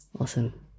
Awesome